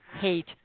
hate